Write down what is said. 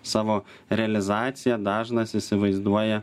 savo realizaciją dažnas įsivaizduoja